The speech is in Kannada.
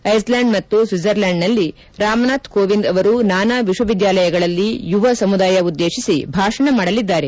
ಐಸ್ಲ್ಯಾಂಡ್ ಮತ್ತು ಸ್ವಿಜರ್ಲೆಂಡ್ನಲ್ಲಿ ರಾಮನಾಥ್ ಕೋವಿಂದ್ ಅವರು ನಾನಾ ವಿಶ್ವವಿದ್ಯಾಲಯಗಳಲ್ಲಿ ಯುವ ಸಮುದಾಯ ಉದ್ದೇಶಿಸಿ ಭಾಷಣ ಮಾಡಲಿದ್ದಾರೆ